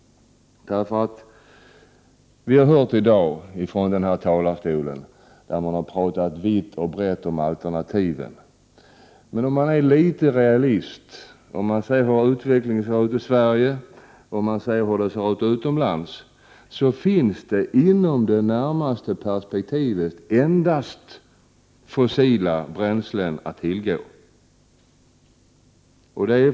Vi har här i dag hört talare prata vitt och brett om alternativen, men om man är litet realistisk och ser på utvecklingen i Sverige och hur det ser ut utomlands, finner man att det i det närmaste perspektivet finns endast fossila bränslen att tillgå.